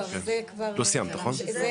זה לא ראייתי.